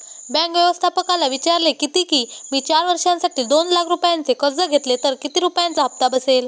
bank व्यवस्थापकाला विचारले किती की, मी चार वर्षांसाठी दोन लाख रुपयांचे कर्ज घेतले तर किती रुपयांचा हप्ता बसेल